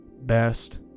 best